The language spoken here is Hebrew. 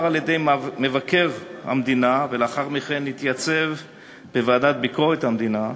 על-ידי מבקר המדינה ולאחר מכן התייצב בוועדת ביקורת המדינה,